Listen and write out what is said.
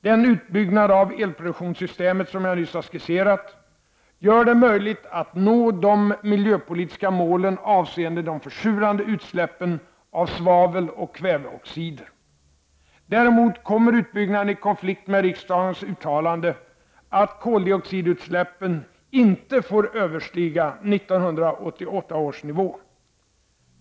Den utbyggnad av elproduktionssystemet som jag nyss har skisserat gör det möjligt att nå de miljöpolitiska målen avseende de försurande utsläppen av svavel och kväveoxider. Däremot kommer utbyggnaden i konflikt med riksdagens uttalande att koldioxidutsläppen inte får överstiga 1988 års nivå.